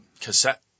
cassette